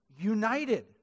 united